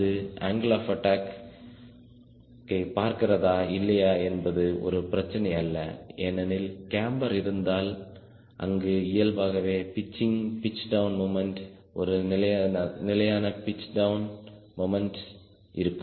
அது angle of அட்டாக்யை பார்க்கிறதா இல்லையா என்பது ஒரு பிரச்சனை அல்ல ஏனெனில் கேம்பர் இருந்தால் அங்கு இயல்பாகவே பிச்சிங் பீச் டவுன் மொமென்ட் ஒரு நிலையான பீச் டவுன் மொமென்ட் இருக்கும்